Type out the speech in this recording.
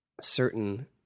certain